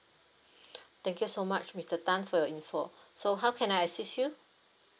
thank you so much mister tan for your info so how can I assist you